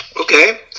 Okay